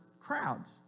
crowds